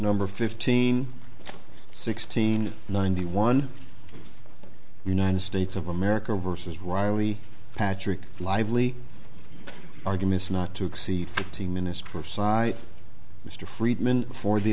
number fifteen sixteen ninety one united states of america versus riley patrick lively arguments not to exceed fifteen minutes or so i mr friedman for the